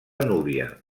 núbia